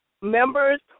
members